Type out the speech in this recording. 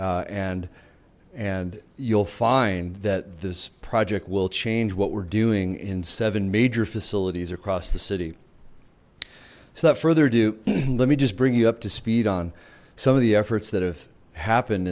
and and you'll find that this project will change what we're doing in seven major facilities across the city so that further ado let me just bring you up to speed on some of the efforts that have happened